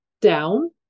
down